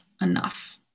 enough